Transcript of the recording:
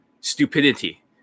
stupidity